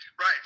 Right